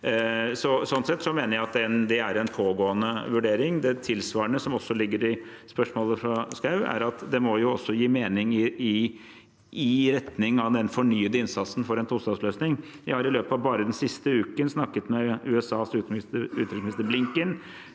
Slik sett mener jeg at det er en pågående vurdering. Det tilsvarende, som også ligger i spørsmålet fra Schou, er at det må jo også gi mening i retning av den fornyede innsatsen for en tostatsløsning. Jeg har i løpet av bare den siste uken snakket med USAs utenriksminister, Blinken,